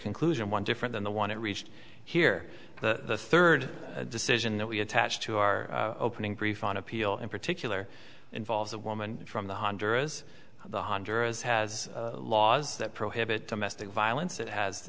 conclusion one different than the one it reached here the third decision that we attached to our opening brief on appeal in particular involves a woman from the honduras the honduras has laws that prohibit domestic violence it has